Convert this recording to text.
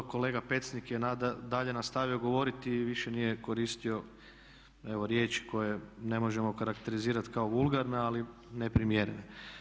Kolega Pecnik je dalje nastavio govoriti i više nije koristio evo riječi koje ne možemo okarakterizirati kao vulgarna, ali neprimjerena.